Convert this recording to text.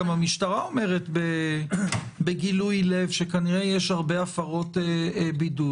גם המשטרה אומרת בגילוי לב שכנראה יש הרבה הפרות בידוד.